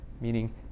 meaning